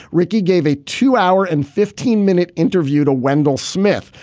ricky gave a two hour and fifteen minute interview to wendell smith.